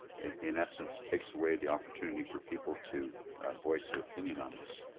in essence takes away the opportunity for people to voice their opinion on this.